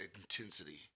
intensity